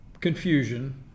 confusion